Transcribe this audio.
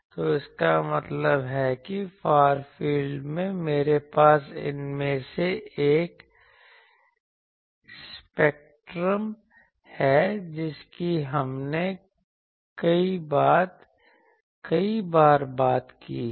तो इसका मतलब है कि फार फील्ड में मेरे पास इनमें से एक स्पेक्ट्रम है जिसकी हमने कई बार बात की है